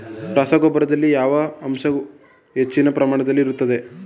ರಸಗೊಬ್ಬರದಲ್ಲಿ ಯಾವ ಅಂಶವು ಹೆಚ್ಚಿನ ಪ್ರಮಾಣದಲ್ಲಿ ಇರುತ್ತದೆ?